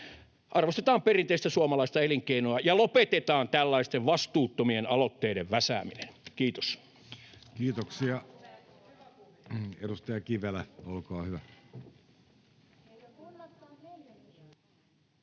arvostetaan perinteistä suomalaista elinkeinoa ja lopetetaan tällaisten vastuuttomien aloitteiden väsääminen. — Kiitos. [Vastauspuheenvuoropyyntöjä